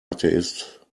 atheist